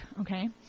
okay